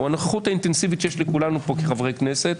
או הנוכחות האינטנסיבית שיש לכולנו פה כחברי כנסת,